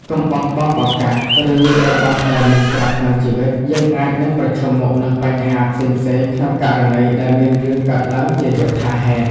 កុំបោះបង់ឱកាស ឬរបស់ដែលមានស្រាប់ក្នុងជីវិត យើងអាចនឹងប្រឈមមុខនឹងបញ្ហាផ្សេងៗ ក្នុងករណីដែលមានរឿងកើតឡើងជាយថាហេតុ។